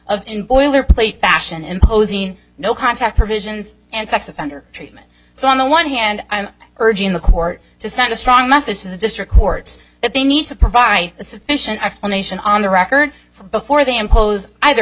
in boilerplate fashion imposing no contact provisions and sex offender treatment so on the one hand i'm urging the court to send a strong message to the district courts that they need to provide sufficient explanation on the record for before they impose either